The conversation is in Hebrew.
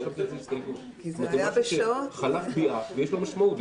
זה משהו שחלף ביעף ויש לו משמעות.